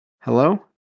hello